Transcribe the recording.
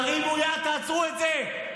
תרימו יד, תעצרו את זה.